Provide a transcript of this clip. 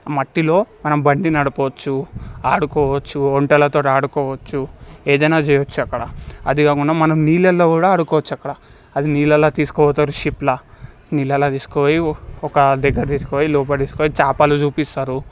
ఆ మట్టిలో మనం బండి నడపొచ్చు ఆడుకోవచ్చు ఒంటెలతోని ఆడుకోవచ్చు ఏదైనా చేయొచ్చు అక్కడ అది కాకుండా మనం నీళ్లలో కూడా అడుకోవచ్చు అది నీళ్ళల్లో తీసుకోబోతది షిప్లో నీళ్లలో తీసుకపోయి ఒక దగ్గరికి తీసుకుపోయి లోపలికి తీసకపోయి చాపలు చూపిస్తారు